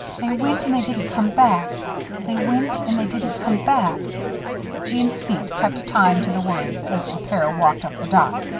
they went and they didn't come back they went and they didn't come back jeanne's feet kept time to the words as the pair walked up the dock.